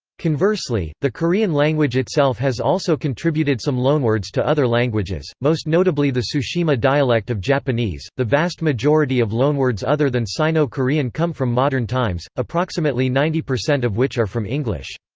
conversely, the korean language itself has also contributed some loanwords to other languages, most notably the tsushima dialect of japanese the vast majority of loanwords other than sino-korean come from modern times, approximately ninety percent of which are from english.